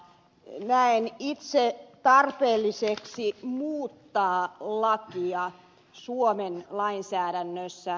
näen itse tarpeelliseksi muuttaa lakia suomen lainsäädännössä